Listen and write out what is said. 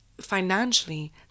financially